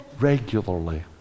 regularly